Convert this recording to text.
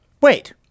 Wait